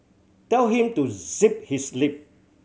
tell him to zip his lip